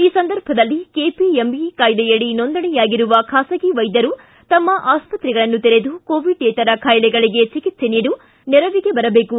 ಈ ಸಂದರ್ಭದಲ್ಲಿ ಕೆಪಿಎಂಇ ಕಾಯ್ದೆಯಡಿ ನೋಂದಣಿಯಾಗಿರುವ ಖಾಸಗಿ ವೈದ್ದರು ತಮ್ಮ ಆಸ್ವತ್ರೆಗಳನ್ನು ತೆರೆದು ಕೋವಿಡ್ಯೇತರ ಖಾಯಿಲೆಗಳಿಗೆ ಚಿಕಿತ್ಸೆ ನೀಡಿ ನೆರವಿಗೆ ಬರಬೇಕು